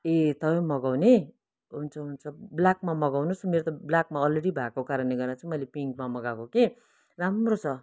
ए तपाईँ पनि मगाउने हुन्छ हुन्छ ब्ल्याकमा मगाउनुस् न मेरो त ब्ल्याकमा अलरेडी भएको कारणले गर्दा चाहिँ मैले पिङ्कमा मगाएको कि राम्रो छ